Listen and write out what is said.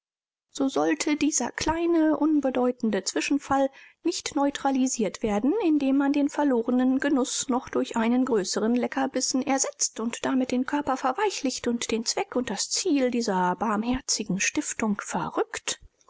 so sollte dieser kleine unbedeutende zwischenfall nicht neutralisiert werden indem man den verlorenen genuß noch durch einen größeren leckerbissen ersetzt und damit den körper verweichlicht und den zweck und das ziel dieser barmherzigen stiftung verrückt